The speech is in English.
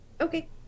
okay